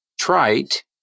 trite